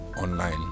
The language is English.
online